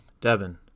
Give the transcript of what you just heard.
Devin